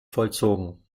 vollzogen